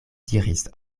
diris